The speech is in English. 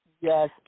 Yes